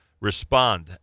respond